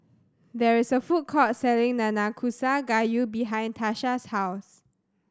there is a food court selling Nanakusa Gayu behind Tarsha's house